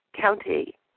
county